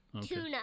Tuna